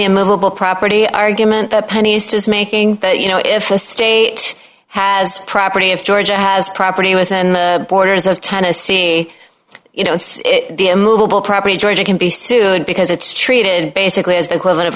movable property argument the pennies just making that you know if a state has property of georgia has property within the borders of tennessee you know the a movable property georgia can be sued because it's treated basically as the